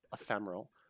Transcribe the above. ephemeral